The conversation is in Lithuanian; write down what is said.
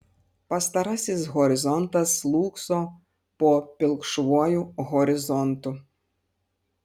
pastarasis horizontas slūgso po pilkšvuoju horizontu